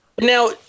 now